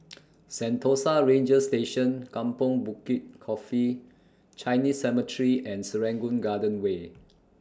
Sentosa Ranger Station Kampong Bukit Coffee Chinese Cemetery and Serangoon Garden Way